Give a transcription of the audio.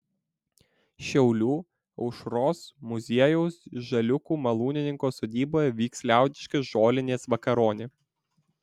šiaulių aušros muziejaus žaliūkių malūnininko sodyboje vyks liaudiška žolinės vakaronė